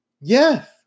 yes